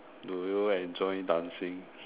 do you enjoy dancing